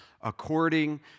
according